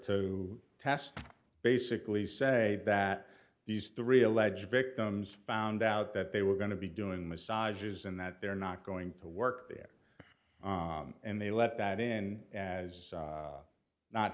to test basically say that these three alleged victims found out that they were going to be doing massages and that they're not going to work there and they let that in as